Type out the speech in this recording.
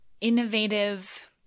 innovative